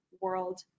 World